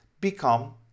become